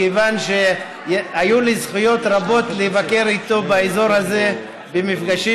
מכיוון שהיו לי זכויות רבות לבקר איתו באזור הזה במפגשים